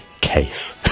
case